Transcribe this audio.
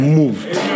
moved